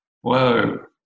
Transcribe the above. whoa